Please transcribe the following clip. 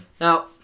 Now